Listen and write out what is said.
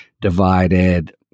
divided